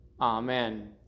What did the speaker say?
Amen